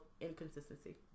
inconsistency